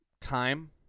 Time